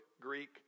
Greek